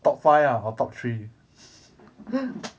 top five ah or top three